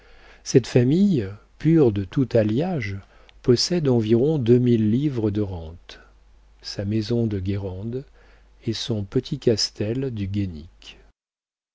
cette famille pure de tout alliage possède environ deux mille livres de rente sa maison de guérande et son petit castel du